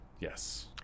Yes